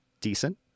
decent